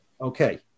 Okay